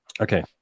Okay